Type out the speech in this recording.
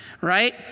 right